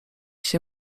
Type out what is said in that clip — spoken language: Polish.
się